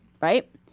Right